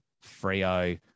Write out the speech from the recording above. Frio